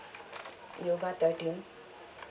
yoga thirteen